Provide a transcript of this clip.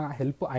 help